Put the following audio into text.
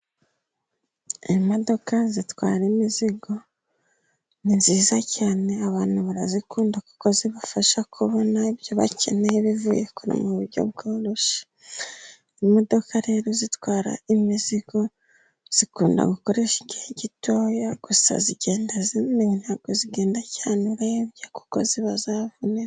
Imodoka zitwara imizigo ni nziza cyane, abantu barazikunda kuko zibafasha kubona ibyo bakeneye bivuye kure mu buryo bworoshye. Imodoka rero zitwara imizigo zikunda gukoresha igihe gitoya gusa zigenda ziremeye ntabwo zigenda cyane urebye kuko ziba zavunitse.